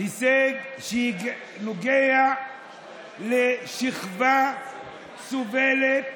הישג שנוגע לשכבה סובלת,